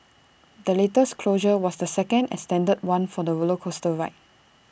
the latest closure was the second extended one for the roller coaster ride